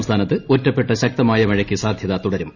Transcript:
സംസ്ഥാനത്ത് ഒറ്റ്പ്പെട്ട ശക്തമായ മഴയ്ക്ക് സാധ്യത തുടരും